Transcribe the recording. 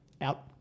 out